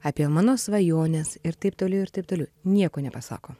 apie mano svajones ir taip toliau ir taip toliau nieko nepasako